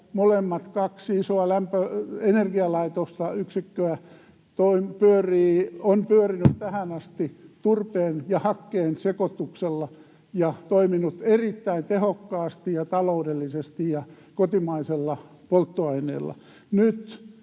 molemmat kaksi isoa energialaitosta, yksikköä, ovat pyörineet tähän asti turpeen ja hakkeen sekoituksella ja toimineet erittäin tehokkaasti ja taloudellisesti ja kotimaisella polttoaineella,